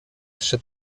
trzy